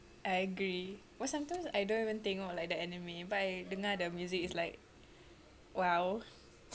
I agree but sometimes I don't even tengok like the anime but I dengar the music is like !wow!